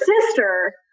sister